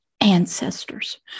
ancestors